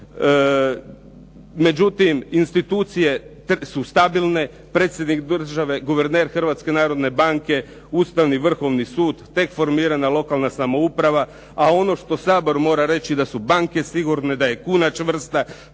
Međutim, institucije su stabilne, predsjednik države, guverner Hrvatske narodne banke, Ustavni, Vrhovni sud, tek formirana lokalna samouprava, a ono što Sabor mora reći da su banke sigurne, da je kuna čvrsta,